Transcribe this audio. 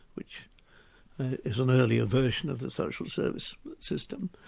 which is an earlier version of the social service system.